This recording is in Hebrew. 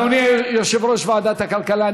אדוני יושב-ראש ועדת הכלכלה,